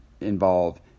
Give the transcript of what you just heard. involve